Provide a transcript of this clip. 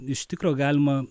iš tikro galima